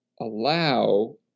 allow